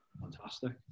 Fantastic